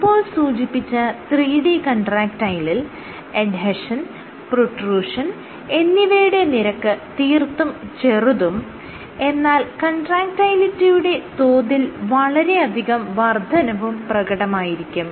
ഇപ്പോൾ സൂചിപ്പിച്ച 3D കൺട്രാക്ടയിലിൽ എഡ്ഹെഷൻ പ്രൊട്രൂഷൻ എന്നിവയുടെ നിരക്ക് തീർത്തും ചെറുതും എന്നാൽ കൺട്രാക്ടയിലിറ്റിയുടെ തോതിൽ വളരെയധികം വർദ്ധനവും പ്രകടമായിരിക്കും